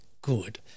good